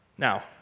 Now